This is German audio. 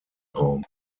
raum